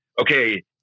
okay